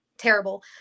terrible